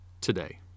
today